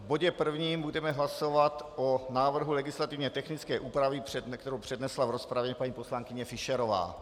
V bodě prvním budeme hlasovat o návrhu legislativně technické úpravy, kterou přednesla v rozpravě paní poslankyně Fischerová.